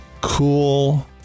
cool